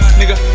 nigga